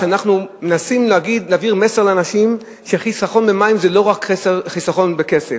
ואנחנו מנסים להעביר מסר לאנשים שחיסכון במים זה לא רק חיסכון בכסף,